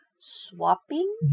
swapping